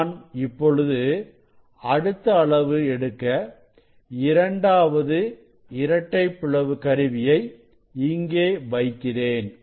நான் இப்பொழுது அடுத்த அளவு எடுக்க இரண்டாவது இரட்டைப் பிளவு கருவியை இங்கே வைக்கிறேன்